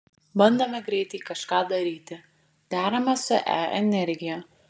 bandome greitai kažką daryti deramės su e energija